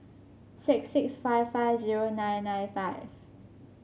six six five five zero nine nine five